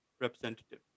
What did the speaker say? representative